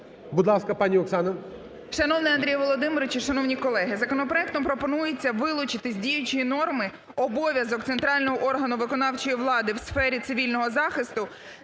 Будь ласка, пані Оксано. 16:52:29 ПРОДАН О.П. Шановний Андрій Володимировичу, шановні колеги, законопроектом пропонується вилучити з діючої норми обов'язок центрального органу виконавчої влади у сфері цивільного захисту